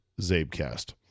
Zabecast